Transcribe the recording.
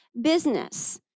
business